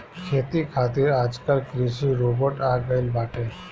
खेती खातिर आजकल कृषि रोबोट आ गइल बाटे